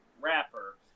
wrapper